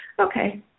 Okay